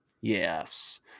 Yes